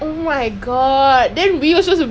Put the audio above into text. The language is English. need to go play yes play with him lah